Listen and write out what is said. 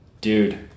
Dude